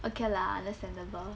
okay lah understandable